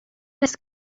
this